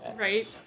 Right